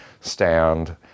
stand